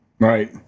Right